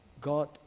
God